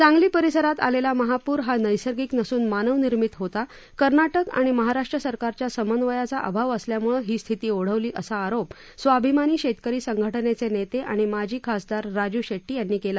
सांगली परिसरात आलेला महापूर हा नैसर्गिक नसून मानव निर्मित होतं कर्नाटक आणि महाराष्ट्र सरकारच्या समन्वयाचा अभाव असल्यामुळं ही स्थिती ओढवली असा आरोप स्वाभिमानी शेतकरी संघटनेचे नेते आणि माजी खासदार राजू शेट्टी यांनी केला